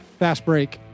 FASTBREAK